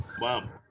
Wow